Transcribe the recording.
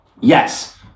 Yes